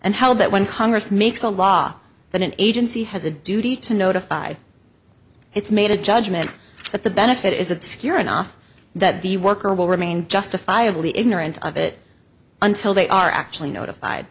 and held that when congress makes a law that an agency has a duty to notify it's made a judgment that the benefit is obscure enough that the worker will remain justifiably ignorant of it until they are actually notified